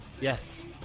Yes